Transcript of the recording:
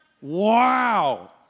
Wow